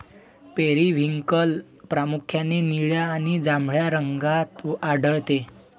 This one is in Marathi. पेरिव्हिंकल प्रामुख्याने निळ्या आणि जांभळ्या रंगात आढळते